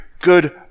good